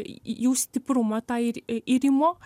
jų stiprumą tą ir irimo